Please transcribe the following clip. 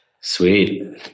Sweet